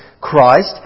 Christ